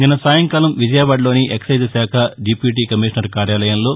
నిన్న సాయంకాలం విజయవాడలోని ఎక్పైజ్ శాఖ డిప్యూటీ కమిషనర్ కార్యాలయంలో